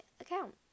account